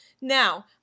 Now